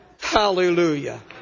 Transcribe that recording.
Hallelujah